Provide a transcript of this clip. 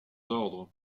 ordres